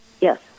Yes